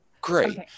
great